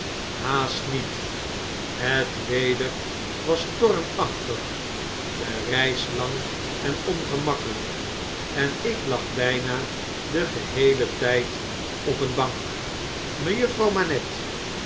haast niet het weder was stormachtig de reis lang en ongemakkelijk en ik lag bjjna den geheelen tjjd op een bank mejuffrouw manette